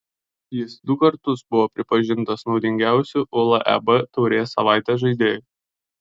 jis du kartus buvo pripažintas naudingiausiu uleb taurės savaitės žaidėju